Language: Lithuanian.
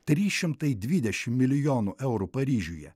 trys šimtai dvidešimt milijonų eurų paryžiuje